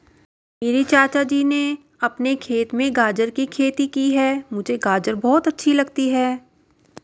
मेरे चाचा जी ने अपने खेत में गाजर की खेती की है मुझे गाजर बहुत अच्छी लगती है